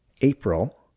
April